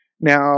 Now